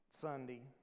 Sunday